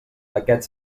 aquest